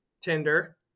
Tinder